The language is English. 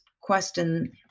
question